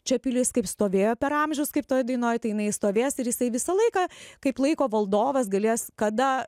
čia pilis kaip stovėjo per amžius kaip toj dainoj tai jinai stovės ir jisai visą laiką kaip laiko valdovas galės kada